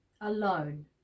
alone